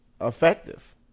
effective